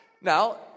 Now